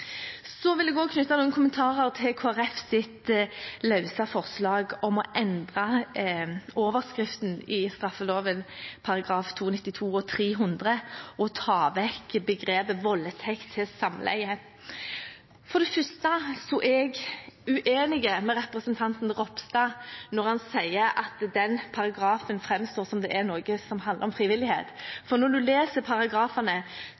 vil også knytte noen kommentarer til Kristelig Folkepartis løse forslag om å endre overskriften i straffeloven §§ 292 og 300 og ta vekk begrepet «voldtekt til samleie». For det første er jeg uenig med representanten Ropstad når han sier at den paragrafen framstår som om det er noe som handler om frivillighet.